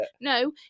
No